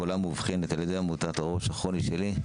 חולה מאובחנת על ידי עמותת "הראש הכרוני שלי".